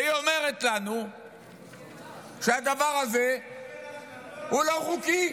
והיא אומרת לנו שהדבר הזה הוא לא חוקי.